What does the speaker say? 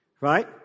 right